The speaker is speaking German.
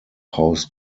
haus